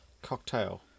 Cocktail